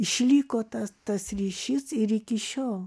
išliko tas tas ryšys ir iki šiol